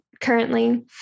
currently